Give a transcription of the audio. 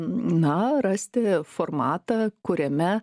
na rasti formatą kuriame